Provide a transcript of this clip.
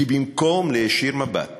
כי במקום להישיר מבט